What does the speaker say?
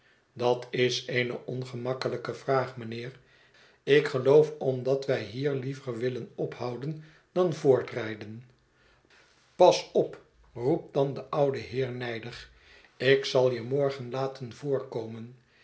dat is eene ongemakkelijke vraag mijnheer ik geloof omdat wij hier iiever willen ophouden dan voortrijden pas op roept dan de oude heer nijdig ikzal je morgenlaten